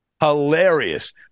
hilarious